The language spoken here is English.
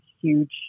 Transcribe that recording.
huge